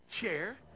chair